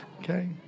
Okay